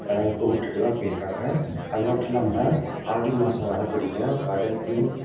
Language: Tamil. கும்பிட்டுட்டு தான் போயிருக்காங்க அது மட்டும் இல்லாமல் ஆடி மாதம் வரக்கூடிய வருடத்தின்